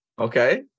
Okay